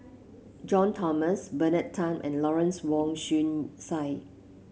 John Bernard Tan and Lawrence Wong Shyun Tsai